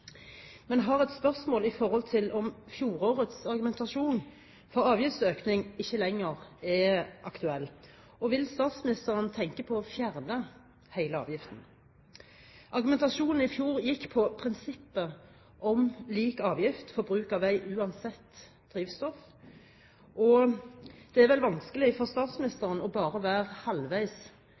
men har et spørsmål som går på om fjorårets argumentasjon for avgiftsøkning ikke lenger er aktuell. Vil statsministeren tenke på å fjerne hele avgiften? Argumentasjonen i fjor gikk på prinsippet om lik avgift for bruk av vei uansett drivstoff. Det er vel vanskelig for statsministeren bare å være halvveis